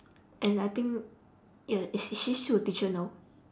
and I think ya is she she still a teacher now